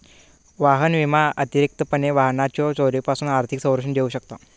वाहन विमा अतिरिक्तपणे वाहनाच्यो चोरीपासून आर्थिक संरक्षण देऊ शकता